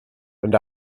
and